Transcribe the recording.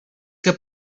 que